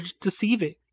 deceiving